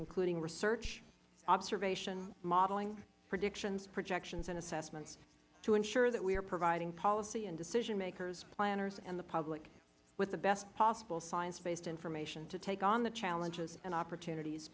including research observation modeling predictions projections and assessments to ensure that we are providing policy and decision makers planners and the public with the best possible science based information to take on the challenges and opportunities